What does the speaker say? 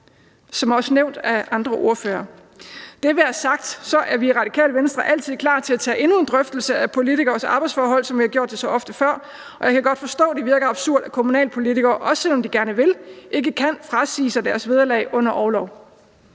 blevet nævnt af andre ordførere. Det være sagt, er vi også i Radikale Venstre altid klar til at tage endnu en drøftelse af politikeres arbejdsforhold, som vi har gjort det så ofte før, og jeg kan godt forstå, det virker absurd, at kommunalpolitikere – også selv om de gerne vil – ikke kan frasige sig deres vederlag under orlov.